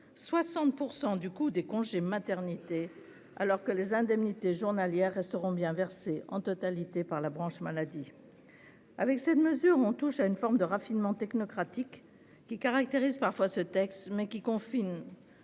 60 % du coût des congés maternité, alors que les indemnités journalières resteront bien versées, en totalité, par la branche maladie ? Avec cette mesure, on touche à une forme de raffinement technocratique qui caractérise parfois ce texte, mais qui confine,